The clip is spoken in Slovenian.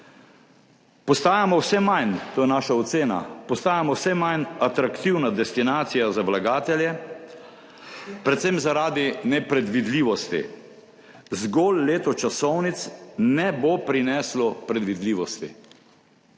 Postajamo vse manj, to je naša ocena, postajamo vse manj atraktivna destinacija za vlagatelje, predvsem zaradi nepredvidljivosti. Zgolj leto časovnic ne bo prineslo predvidljivosti.